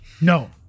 no